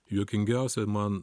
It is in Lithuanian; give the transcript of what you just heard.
juokingiausia man